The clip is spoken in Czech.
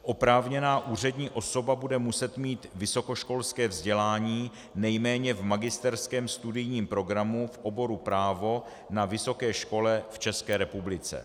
Oprávněná úřední osoba bude muset mít vysokoškolské vzdělání nejméně v magisterském studijním programu v oboru právo na vysoké škole v České republice.